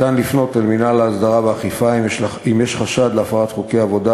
אם יש חשד להפרת חוקי עבודה